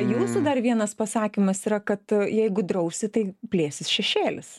jūsų dar vienas pasakymas yra kad jeigu drausi tai plėsis šešėlis